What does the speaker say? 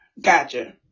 Gotcha